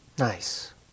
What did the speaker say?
Nice